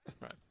Right